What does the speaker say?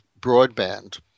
broadband